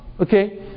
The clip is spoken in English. Okay